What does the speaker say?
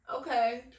Okay